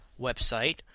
website